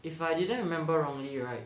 if I didn't remember wrongly right